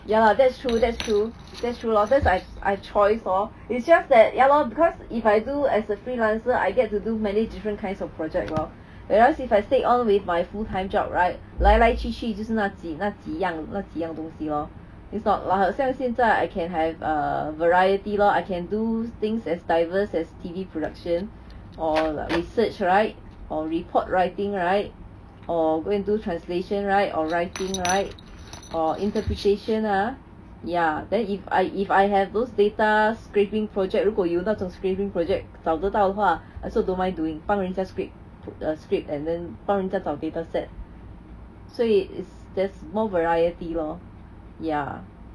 ya lah that's true that's true that's true lor that's I I choice lor it's just that ya lor because if I do as a freelancer I get to do many different kinds of project lor whereas if I stay on with my full time job right 来来去去就是那几那几样那几样东西 lor is not like 好像现在 I can have a variety lor I can do things as diverse as T_V production or research right or report writing right or go and do translation right or writing right or interpretation ah ya then if I if I have those data scrapping project 如果有那种 scrapping project 找得到的话 I also don't mind doing 帮人家 scrape err scrape and then 帮人家找 data set 所以 it's there is more variety lor ya